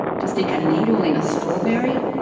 to stick a needle in a strawberry?